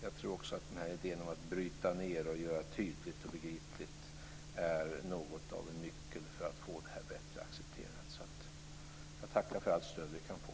Jag tror också att idén om att bryta ned och göra tydligt och begripligt är något av en nyckel för att få en högre acceptans. Jag tackar för allt stöd som jag kan få.